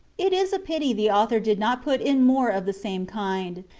it is a pity the author did not put in more of the same kind.